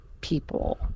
people